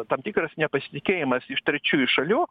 tam tikras nepasitikėjimas iš trečiųjų šalių